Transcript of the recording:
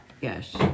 Yes